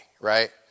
right